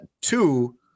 Two